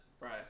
Right